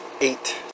eight